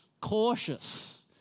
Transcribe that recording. cautious